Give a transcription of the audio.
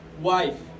wife